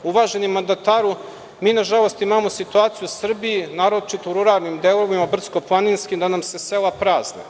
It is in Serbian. Uvaženi mandataru, mi nažalost nemamo situaciju u Srbiji, naročito u ruralnim delovima brdsko-planinskim da nam se sela prazne.